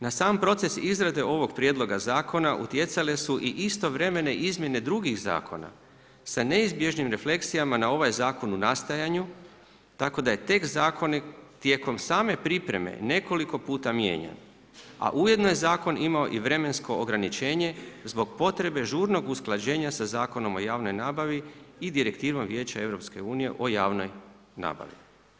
Na sam proces izrade ovog prijedloga zakona utjecale su i istovremeno izmjene drugih zakona sa neizbježnim refleksijama na ovaj zakon u nastajanju, tako da je tekst zakona tijekom same pripreme nekoliko puta mijenjan, a ujedno je zakon imao i vremensko ograničenje zbog potrebe žurnog usklađenja sa Zakonom o javnoj nabavi i Direktivom Vijeća EU o javnoj nabavi.